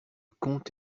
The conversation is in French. comte